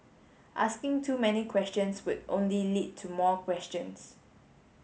asking too many questions would only lead to more questions